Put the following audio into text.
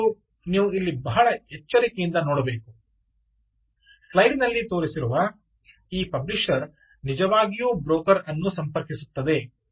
ಮತ್ತು ನೀವು ಇಲ್ಲಿ ಬಹಳ ಎಚ್ಚರಿಕೆಯಿಂದ ನೋಡಬೇಕು ಸ್ಲೈಡಿನಲ್ಲಿ ತೋರಿಸಿರುವ ಈ ಪಬ್ಲಿಶರ್ ನಿಜವಾಗಿಯೂ ಬ್ರೋಕರ್ ಅನ್ನು ಸಂಪರ್ಕಿಸುತ್ತದೆ